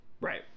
Right